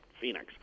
Phoenix